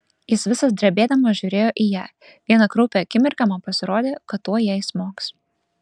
jis visas drebėdamas žiūrėjo į ją vieną kraupią akimirką man pasirodė kad tuoj jai smogs